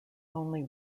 only